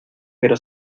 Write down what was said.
pero